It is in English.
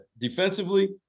defensively